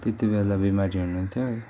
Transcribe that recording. त्यति बेला बिमारी हुनु हुन्थ्यो